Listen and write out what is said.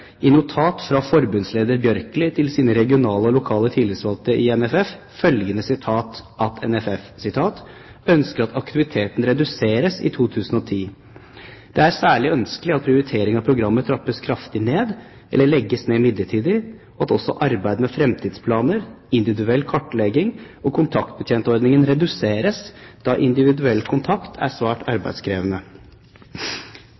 et notat fra forbundsleder Bjørkli til de regionale og lokale tillitsvalgte i NFF følgende: NFF «ønsker at aktiviteten reduseres i 2010. Det er særlig ønskelig at prioritering av programmer trappes kraftig ned eller legges ned midlertidig, og at også arbeidet med framtidsplaner, individuell kartlegging og kontaktbetjentordningen reduseres da individuell kontakt er